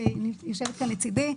שיושבת כאן לצדי,